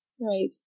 right